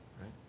Right